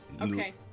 Okay